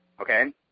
Okay